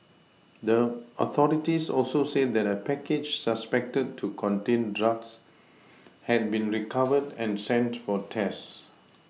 the authorities also said that a package suspected to contain drugs had been recovered and sent for tests